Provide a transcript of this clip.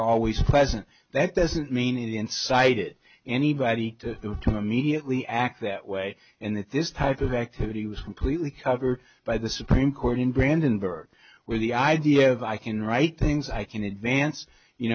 always pleasant that doesn't mean it incited anybody to immediately act that way and that this type of activity was completely covered by the supreme court in brandenburg where the idea of i can write things i can advance you